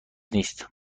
نیست